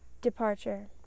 Departure